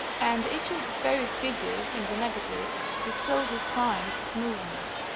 and each of the fairy figures in the negative discloses signs of movement.